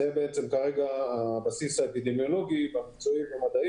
זה כרגע הבסיס המדעי להחלטות של